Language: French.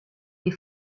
les